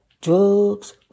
drugs